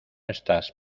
estás